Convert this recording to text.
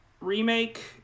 Remake